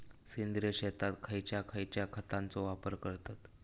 सेंद्रिय शेतात खयच्या खयच्या खतांचो वापर करतत?